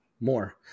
more